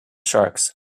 sharks